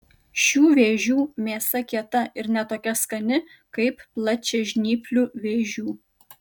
šių vėžių mėsa kieta ir ne tokia skani kaip plačiažnyplių vėžių